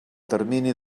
termini